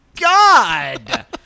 God